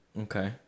Okay